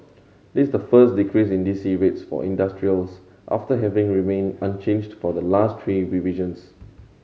this the first decrease in D C rates for industrials after having remained unchanged for the last three revisions